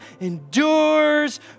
endures